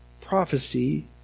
prophecy